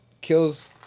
Kills